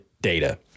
data